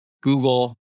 Google